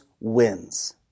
wins